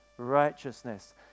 righteousness